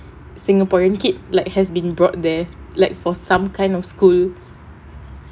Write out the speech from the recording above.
singaporean kid like has been brought there like for some kind of school